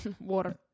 Water